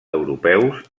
europeus